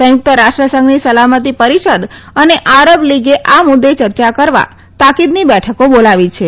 સંયુક્ત રાષ્ટ્રસંઘની સલામતી પરિષદ અને આરબ લિગે આ મુદ્દે ચર્ચા કરવા તાકીદની બેઠકો બોલાવી છે